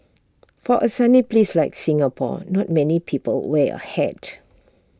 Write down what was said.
for A sunny place like Singapore not many people wear A hat